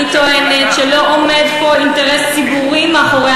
אני טוענת שלא עומד פה אינטרס ציבורי מאחורי